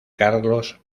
carlos